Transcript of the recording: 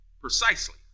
precisely